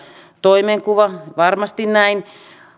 toimenkuva varmasti näin